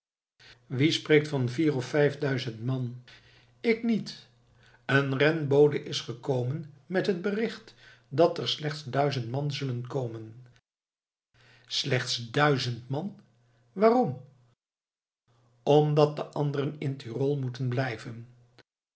wie spreekt van vier of vijfduizend man ik niet een renbode is gekomen met het bericht dat er slechts duizend man zullen komen slechts duizend man waarom omdat de anderen in tyrol moeten blijven